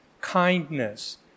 kindness